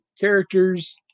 characters